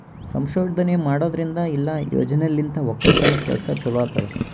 ಸಂಶೋಧನೆ ಮಾಡದ್ರಿಂದ ಇಲ್ಲಾ ಯೋಜನೆಲಿಂತ್ ಒಕ್ಕಲತನದ್ ಕೆಲಸ ಚಲೋ ಆತ್ತುದ್